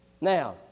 Now